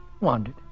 wandered